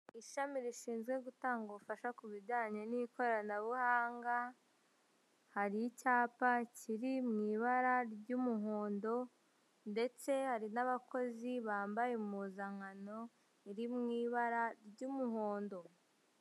Ishami rishinzwe gutanga ubufasha ku bijyanye n'ikoranabuhanga, hari icyapa kiri mu ibara ry'umuhondo, ndetse hari n'abakozi bambaye impuzankano iri mu ibara ry'umuhondo.